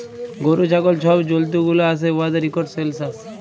গরু, ছাগল ছব জল্তুগুলা আসে উয়াদের ইকট সেলসাস